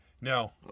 No